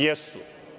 Jesu.